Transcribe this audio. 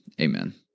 Amen